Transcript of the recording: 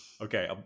Okay